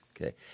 okay